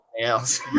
else